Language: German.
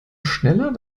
schneller